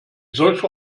solcher